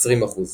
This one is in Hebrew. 20%